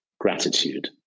gratitude